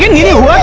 you